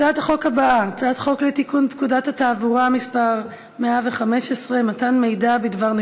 הצעת החוק התקבלה, והיא תעבור להכנה